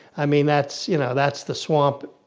i mean that's, you know, that's the swamp,